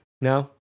no